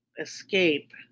escape